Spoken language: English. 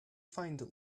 find